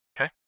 okay